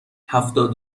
هفتاد